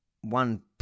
one